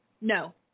No